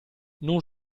non